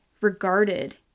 regarded